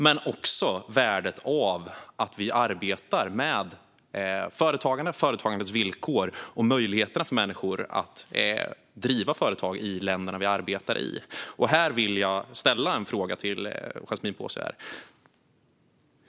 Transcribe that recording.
Det är också fråga om värdet av att vi arbetar med företagande, företagandets villkor och möjligheterna för människor att driva företag i de länder som Sverige arbetar i. Här vill jag ställa en fråga till Yasmine Posio.